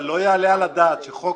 אבל לא יעלה על הדעת שחוק